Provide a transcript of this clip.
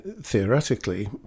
theoretically